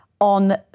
on